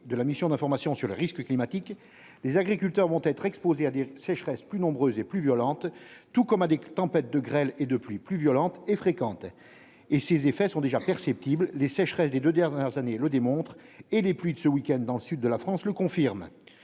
de la mission d'information sur les risques climatiques, les agriculteurs vont être exposées à des sécheresses plus nombreux et plus violente, tout comme dit tempête de grêle et de pluie plus violentes et fréquentes et ses effets sont déjà perceptibles, les sécheresses des 2 dernières années, le démontre et les pluies de ce week-end dans le sud de la France le confirme